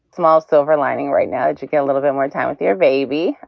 small silver lining right now to get a little bit more time with your baby.